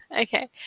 Okay